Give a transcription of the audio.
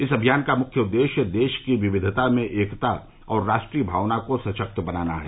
इस अभियान का मुख्य उद्देश्य देश की विविधता में एकता और राष्ट्रीय भावना को सशक्त बनाना है